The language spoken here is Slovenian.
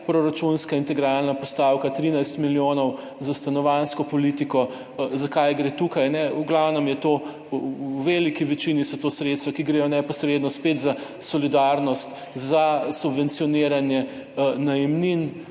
proračunska integralna postavka, 13 milijonov za stanovanjsko politiko. Za kaj gre tukaj? V glavnem, v veliki večini so to sredstva, ki gredo neposredno za solidarnost, za subvencioniranje najemnin